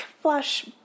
flush